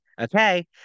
Okay